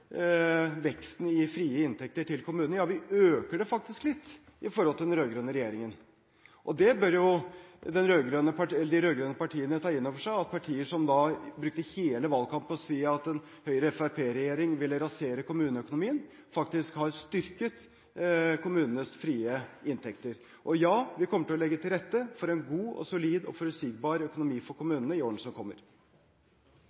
veksten i frie inntekter til kommunene, ja, vi øker den faktisk litt i forhold til den rød-grønne regjeringen. De rød-grønne partiene bør ta inn over seg – de brukte hele valgkampen på å si at en Høyre–Fremskrittsparti-regjering ville rasere kommuneøkonomien – at vi faktisk har styrket kommunenes frie inntekter. Og ja, vi kommer til å legge til rette for en god, solid og forutsigbar økonomi for